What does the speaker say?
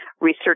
research